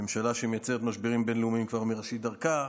ממשלה שמייצרת משברים בין-לאומיים כבר מראשית דרכה,